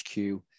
HQ